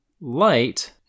Light